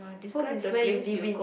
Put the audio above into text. home is where you live in